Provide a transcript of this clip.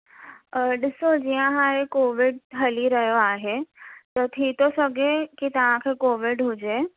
ॾीसो जीअं हाणे कोविड हली रहियो आहे त थी थो सघे की तव्हां खे कोविड हुजे